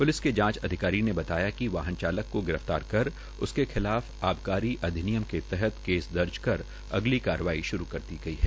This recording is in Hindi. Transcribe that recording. प्लिस के जांच अधिकारी ने बताया कि वाहन चालक गिरफतार कर उसके खिलाफ आबकारी अधिनियम के तहत दर्ज कर अगली कार्रवाई शुरू कर दी गई है